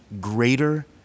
greater